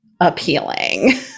appealing